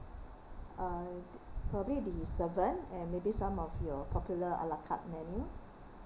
uh probably the server and maybe some of your popular a la carte menu